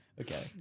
Okay